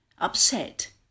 upset